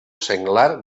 senglar